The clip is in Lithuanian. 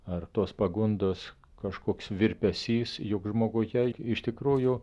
ar tos pagundos kažkoks virpesys juk žmoguje iš tikrųjų